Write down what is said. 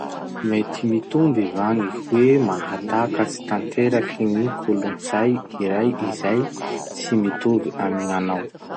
Mety mitomby va gny hoe mahatakatsy tanteraky gny kolotsay kiray izay tsy mitovy amy gn'anao?